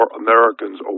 Americans